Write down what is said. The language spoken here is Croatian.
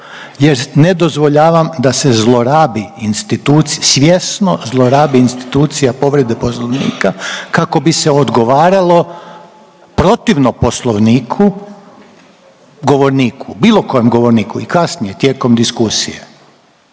jer ne dozvoljavam da se zlorabi instituc…, svjesno zlorabi institucija povrede poslovnika kako bi se odgovaralo protivno poslovniku govorniku, bilo kojem govorniku i kasnije tijekom diskusije.